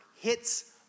hits